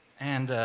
and,